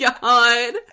God